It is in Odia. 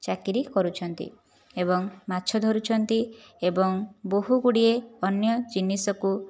ଚାକିରି କରୁଛନ୍ତି ଏବଂ ମାଛ ଧରୁଛନ୍ତି ଏବଂ ବହୁଗୁଡ଼ିଏ ଅନ୍ୟ ଜିନିଷକୁ